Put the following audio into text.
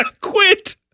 quit